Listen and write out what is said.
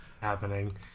happening